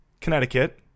Connecticut